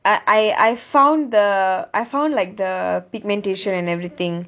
I I I found the I found like the pigmentation and everything